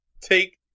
take